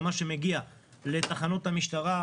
זה מה שמגיע לתחנות המשטרה,